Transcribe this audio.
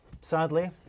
sadly